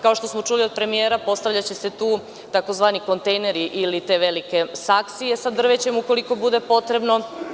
Kao što smo čuli od premijera, postavljaće se tu tzv. kontejneri ili te velike saksije sa drvećem, ukoliko bude potrebno.